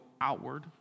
outward